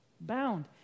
bound